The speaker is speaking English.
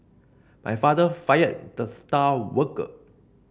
my father fired the star worker